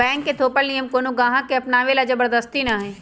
bank के थोपल नियम कोनो गाहक के अपनावे ला जबरदस्ती न हई